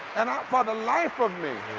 and um for the life of me,